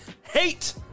hate